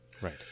Right